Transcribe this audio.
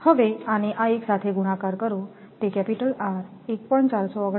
તેથી આને આ એક સાથે ગુણાકાર કરો તે R 1